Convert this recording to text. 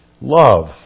Love